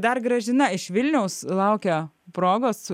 dar gražina iš vilniaus laukia progos